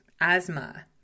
asthma